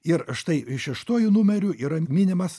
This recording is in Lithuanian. ir štai šeštuoju numeriu yra minimas